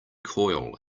coil